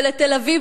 ולתל-אביב,